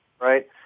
right